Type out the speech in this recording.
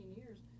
years